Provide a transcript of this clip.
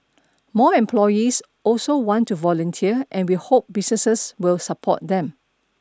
more employees also want to volunteer and we hope businesses will support them